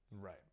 right